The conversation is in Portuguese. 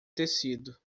tecido